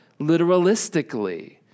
literalistically